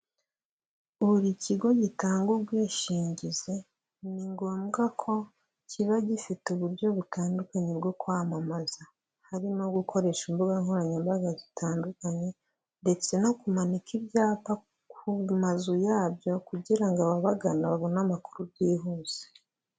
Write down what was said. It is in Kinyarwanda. Buri kigo gitanga ubwishingizi ni ngombwa ko kiba gifite uburyo butandukanye bwo kwamamaza harimo gukoresha imbuga nkoranyambaga zitandukanye ndetse no kumanika ibyapa ku mazu yabyo kugira ngo ababagana babone amakuru byihuse.